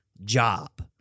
job